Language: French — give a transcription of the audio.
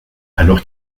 alors